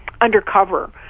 undercover